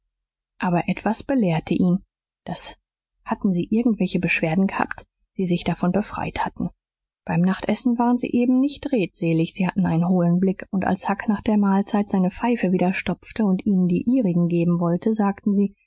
aber etwas belehrte ihn daß hatten sie irgend welche beschwerden gehabt sie sich davon befreit hatten beim nachtessen waren sie eben nicht redselig sie hatten einen hohlen blick und als huck nach der mahlzeit seine pfeife wieder stopfte und ihnen die ihrigen geben wollte sagten sie